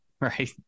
Right